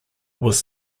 was